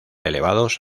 elevados